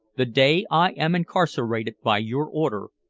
the day i am incarcerated by your order,